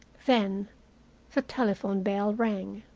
then the telephone bell rang.